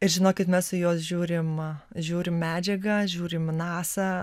ir žinokit mes į juos žiūrim žiūrim medžiagą žiūrim nasa